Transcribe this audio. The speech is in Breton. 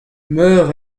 meur